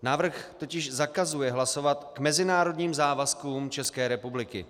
Návrh totiž zakazuje hlasovat k mezinárodním závazkům České republiky.